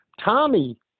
Tommy